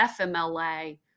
FMLA